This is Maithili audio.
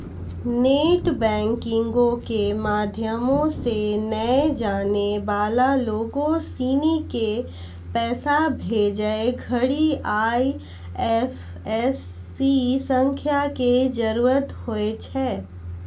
नेट बैंकिंगो के माध्यमो से नै जानै बाला लोगो सिनी के पैसा भेजै घड़ि आई.एफ.एस.सी संख्या के जरूरत होय छै